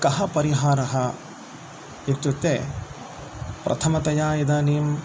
कः परिहारः इत्युक्ते प्रथमतया इदानीम्